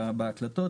בהקלטות.